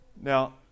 Now